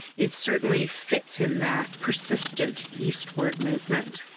it certainly fits in that persistent eastward movement.